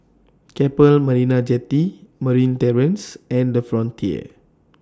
Keppel Marina Jetty Marine Terrace and The Frontier